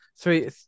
three